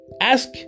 Ask